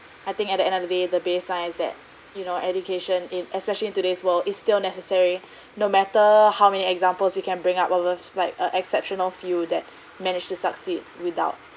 I think at the end of the day the baseline is that you know education in especially in today's world is still necessary no matter how many examples you can bring up or lift like a exceptional field that managed to succeed without